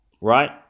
Right